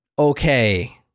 Okay